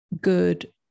good